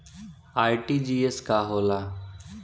RTGS का होला?